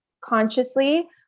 consciously